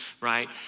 right